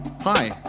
Hi